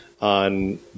on